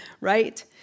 right